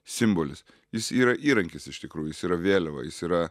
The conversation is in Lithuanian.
simbolis jis yra įrankis iš tikrųjų jis yra vėliava jis yra